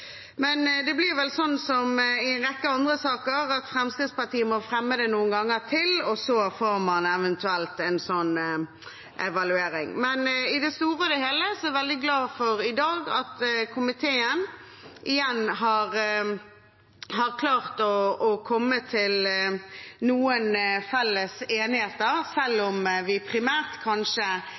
Men det blir vel som i en rekke andre saker: at Fremskrittspartiet må fremme det noen ganger til, og så får man eventuelt en sånn evaluering. Men i det store og hele er jeg i dag veldig glad for at komiteen igjen har klart å komme til noen felles enigheter, selv om vi primært kanskje